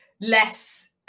less